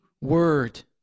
Word